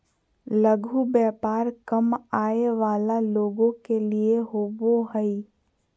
लघु व्यापार कम आय वला लोग के लिए होबो हइ